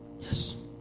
Yes